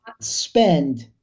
spend